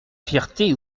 fierté